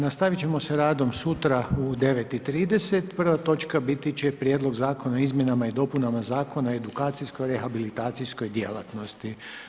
Nastavit ćemo sa radom sutra u 9 i 30, prva točka biti će Prijedlog zakona o izmjenama i dopunama Zakona o edukacijsko-rehabilitacijskoj djelatnosti.